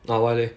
ah why leh